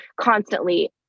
constantly